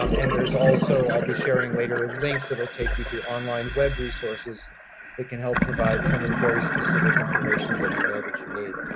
um and there's also i'll be sharing later links that will take you to online web resources that can help provide some of the very specific information that we know that you need.